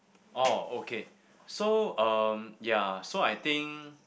oh okay so um ya so I think